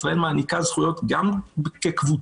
ישראל מעניקה זכויות גם כקבוצה